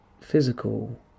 physical